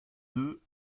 d’eux